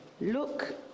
Look